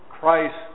Christ